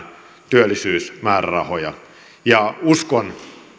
työllisyysmäärärahoja ja uskon